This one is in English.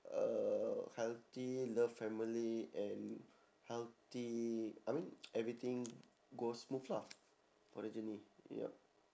a healthy love family and healthy I mean everything go smooth lah for the journey yup